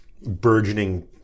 burgeoning